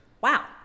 Wow